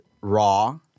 raw